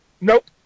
Nope